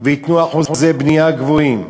וייתנו אחוזי בנייה גבוהים.